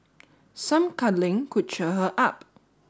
some cuddling could cheer her up